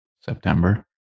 September